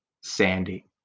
Sandy